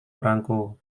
perangko